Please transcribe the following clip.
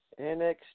NXT